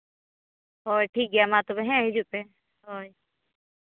ᱦᱳᱭ ᱴᱷᱤᱠᱜᱮᱭᱟ ᱢᱟ ᱛᱚᱵᱮ ᱦᱮᱸ ᱦᱤᱡᱩᱜ ᱯᱮ ᱦᱳᱭ